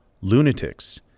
lunatics